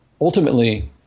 ultimately